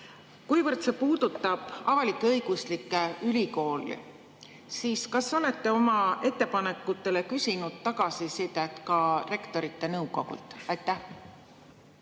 Kuivõrd see puudutab avalik‑õiguslikke ülikoole, siis kas te olete oma ettepanekutele küsinud tagasisidet ka Rektorite Nõukogult? …